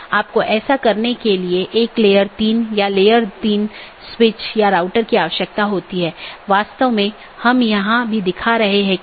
इसलिए जब ऐसी स्थिति का पता चलता है तो अधिसूचना संदेश पड़ोसी को भेज दिया जाता है